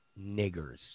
niggers